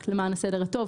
רק למען הסדר הטוב.